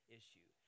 issue